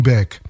Back